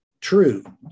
true